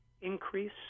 increase